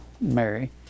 Mary